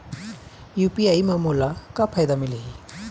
UPI म मोला का फायदा मिलही?